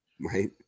Right